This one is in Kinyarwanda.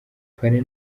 parrain